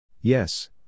Yes